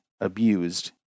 abused